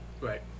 right